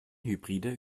hybride